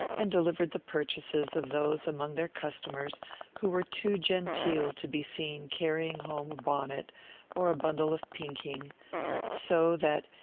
and delivered the purchases of those among their customers who were too genteel to be seen carrying home a bonnet or a bundle of pinking so that,